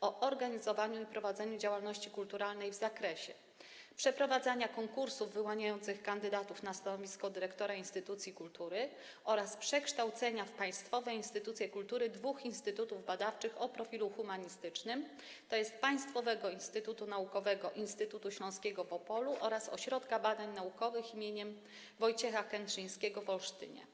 o organizowaniu i prowadzeniu działalności kulturalnej w zakresie przeprowadzania konkursów wyłaniających kandydatów na stanowisko dyrektora instytucji kultury oraz przekształcenia w państwowe instytucje kultury dwóch instytutów badawczych o profilu humanistycznym, tj. Państwowego Instytutu Naukowego - Instytutu Śląskiego w Opolu i Ośrodka Badań Naukowych im. Wojciecha Kętrzyńskiego w Olsztynie.